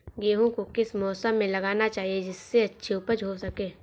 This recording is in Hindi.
गेहूँ को किस मौसम में लगाना चाहिए जिससे अच्छी उपज हो सके?